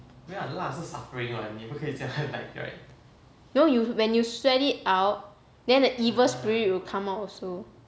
no you when you sweat it out then the evil spirit will come out also